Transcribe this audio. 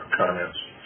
comments